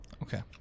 Okay